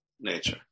nature